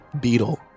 beetle